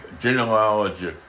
genealogy